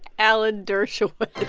alan dershowitz